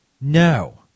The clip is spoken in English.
no